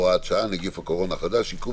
הוראת שעה) (נגיף הקורונה החדש) (עיכוב